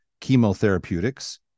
chemotherapeutics